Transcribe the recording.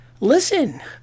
Listen